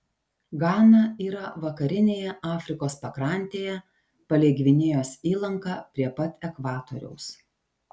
gana yra vakarinėje afrikos pakrantėje palei gvinėjos įlanką prie pat ekvatoriaus